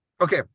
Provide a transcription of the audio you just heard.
Okay